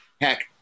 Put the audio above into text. Heck